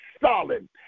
solid